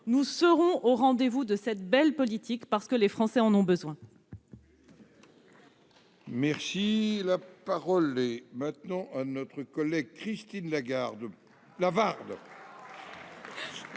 Nous serons au rendez-vous de cette belle politique, parce que les Français en ont besoin